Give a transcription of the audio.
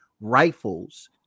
rifles